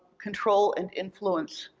control, and influence.